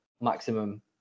maximum